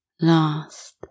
last